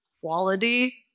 quality